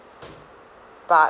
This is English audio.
but